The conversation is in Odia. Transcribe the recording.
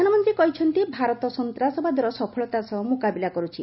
ପ୍ରଧାନମନ୍ତ୍ରୀ କହିଛନ୍ତିଭାରତ ସନ୍ତାସବାଦର ସଫଳତା ସହ ମୁକାବିଲା କରୁଛି